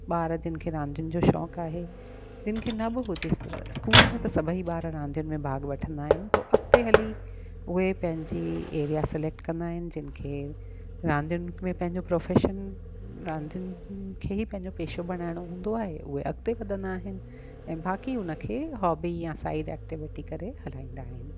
ॿार जंहिंखें रांदियुनि जो शौक़ु आहे जंहिंखें न बि हुजे स्कूल में त सभेई ॿार रांदियुनि में भाग वठंदा आहिनि पोइ अॻिते हली उहे पंहिंजी एरिया सिलैक्ट कंदा आहिनि जंहिंखें रांदियुनि में तव्हांजो प्रोफेशन रांदियुनि खे ई पंहिंजो पेशो बढ़ाइणो हूंदो आहे उहे अॻिते वधंदा आहिनि ऐं बाक़ी उन्हनि खे हॉबी या साइड एक्टिविटी करे हलाईंदा आहिनि